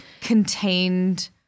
contained